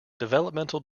developmental